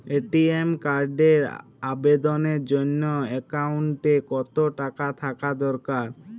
ATM কার্ডের আবেদনের জন্য অ্যাকাউন্টে কতো টাকা থাকা দরকার?